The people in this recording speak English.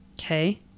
Okay